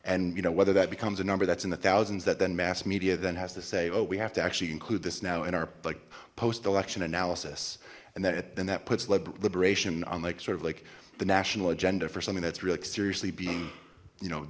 and you know whether that becomes a number that's in the thousands that then mass media then has to say oh we have to actually include this now in our like post election analysis and that it then that puts liberation unlike sort of like the national agenda for something that's really seriously being you know